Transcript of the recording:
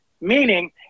meaning